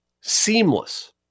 seamless